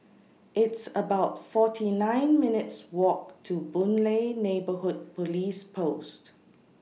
It's about forty nine minutes' Walk to Boon Lay Neighbourhood Police Post